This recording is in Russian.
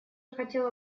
хотела